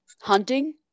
Hunting